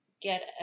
get